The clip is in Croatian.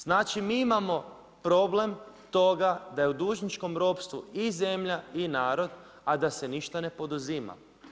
Znači mi imamo problem toga da je u dužničkom ropstvu i zemlja i narod, a da se ništa ne poduzima.